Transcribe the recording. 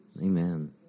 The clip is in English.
Amen